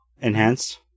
enhanced